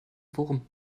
wurm